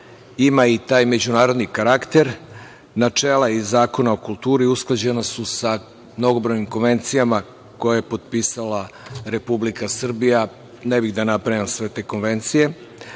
ima i taj međunarodni karakter, načela i Zakon o kulturi usklađeni su sa mnogobrojnim konvencijama koje je potpisala Republika Srbija, ne bih da nabrajam sve te konvencije.